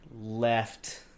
left